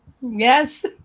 Yes